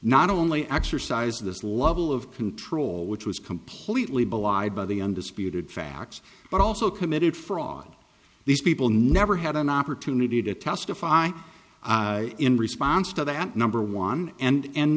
not only exercised this level of control which was completely belied by the undisputed facts but also committed fraud these people never had an opportunity to testify in response to that number one and